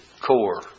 core